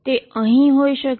તે અહીં હોઈ શકે